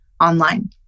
online